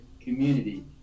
community